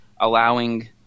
allowing